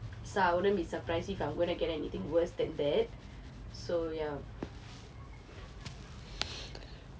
so I wouldn't be surprised if I'm going to get anything worse than that so ya